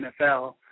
NFL